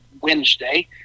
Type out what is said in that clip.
Wednesday